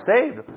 saved